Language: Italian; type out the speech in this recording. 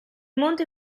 monte